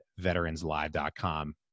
veteranslive.com